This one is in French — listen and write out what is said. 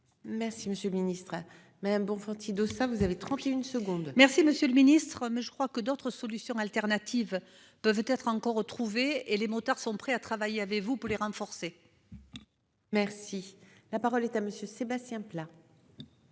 Merci, monsieur le Ministre Madame Bonfanti Dossat vous avez 31 secondes. Merci Monsieur le Ministre. Mais je crois que d'autres solutions alternatives peuvent être encore. Et les motards sont prêts à travailler. Avez-vous pour les renforcer. Merci la parole est à monsieur Sébastien Pla.